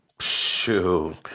Shoot